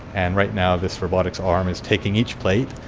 and right now this robotic arm is taking each plate,